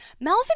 Melvin